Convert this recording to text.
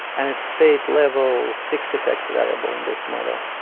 and it's state level fixed-effect variable in this model.